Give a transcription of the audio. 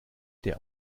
der